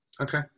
Okay